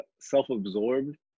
self-absorbed